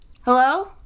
Hello